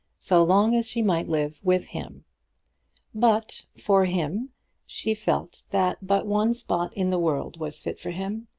so long as she might live with him but for him she felt that but one spot in the world was fit for him.